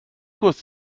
kurs